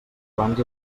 abans